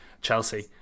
Chelsea